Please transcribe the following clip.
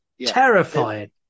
terrifying